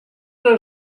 know